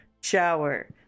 shower